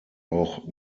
auch